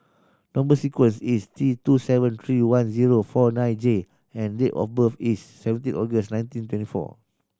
number sequence is T two seven three one zero four nine J and date of birth is seventeen August nineteen twenty four